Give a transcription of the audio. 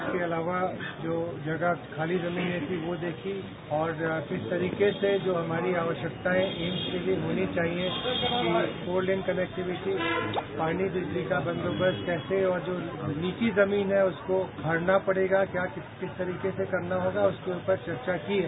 इसके अलावा जो जगह खाली जमीन को देखी और किस तरह से हमारी आवश्यकता एम्स के लिये होनी चाहिए कि फोन लेन कनेक्टिवीटी पानी बिजली का बंदोबस्त कैसे और जो नीची जमीन है उसको भरना पडेगा क्या किस तरीके से करना होगा उन पर चर्चा की है